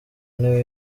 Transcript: ntebe